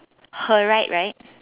her right right